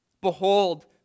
Behold